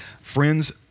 friends